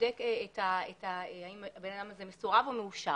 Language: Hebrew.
ובודק האם הבן אדם הזה מסורב או מאושר.